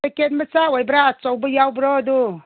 packet ꯃꯆꯥ ꯑꯣꯏꯕ꯭ꯔꯥ ꯑꯆꯧꯕ ꯌꯥꯎꯕ꯭ꯔꯣ ꯑꯗꯨ